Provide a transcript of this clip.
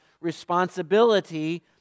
responsibility